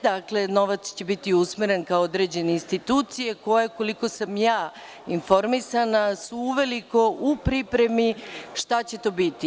Dakle, novac će biti usmeren ka određenim institucijama koje, koliko sam informisana, su uveliko u pripremi šta će to biti.